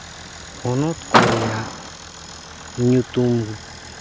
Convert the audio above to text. ᱦᱚᱱᱚᱛ ᱠᱚ ᱨᱮᱭᱟᱜ ᱧᱩᱛᱩᱢ